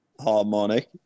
Harmonic